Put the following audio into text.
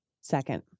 Second